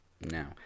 now